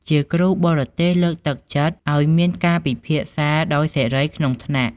ជាគ្រូបរទេសលើកទឹកចិត្តឲ្យមានការពិភាក្សាដោយសេរីក្នុងថ្នាក់។